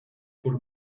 por